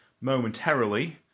momentarily